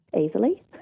easily